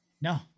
No